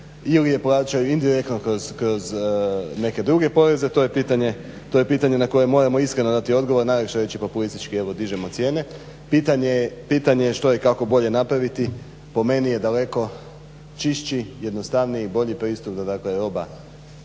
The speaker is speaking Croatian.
ili je plaćaju indirektno kroz neke druge poreze, to je pitanje na koje moramo iskreno dati odgovor. Najlakše je reći populistički evo dižemo cijene. Pitanje što i kako bolje napraviti po meni je daleko čišćiji, jednostavniji, bolji pristup dakle